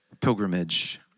pilgrimage